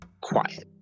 quiet